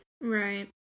Right